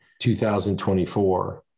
2024